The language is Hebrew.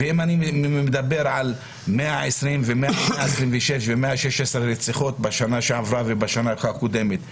ואם אני מדבר על 120 ו-126 ו-116 רציחות בשנה שעברה ובשנה הקודמת,